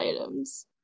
items